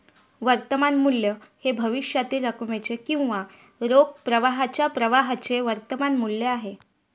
वर्तमान मूल्य हे भविष्यातील रकमेचे किंवा रोख प्रवाहाच्या प्रवाहाचे वर्तमान मूल्य आहे